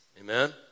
Amen